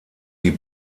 die